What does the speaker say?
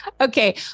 Okay